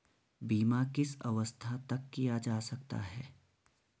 बीमा किस अवस्था तक किया जा सकता है?